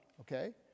Okay